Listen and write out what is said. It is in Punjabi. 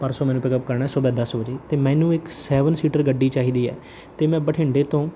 ਪਰਸੋਂ ਮੈਨੂੰ ਪਿਕ ਅੱਪ ਕਰਨਾ ਸੁਬਾ ਦਸ ਵਜੇ ਅਤੇ ਮੈਨੂੰ ਇੱਕ ਸੈਵਨ ਸੀਟਰ ਗੱਡੀ ਚਾਹੀਦੀ ਹੈ ਅਤੇ ਮੈਂ ਬਠਿੰਡੇ ਤੋਂ